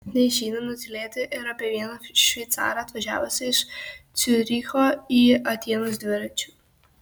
neišeina nutylėti ir apie vieną šveicarą atvažiavusį iš ciuricho į atėnus dviračiu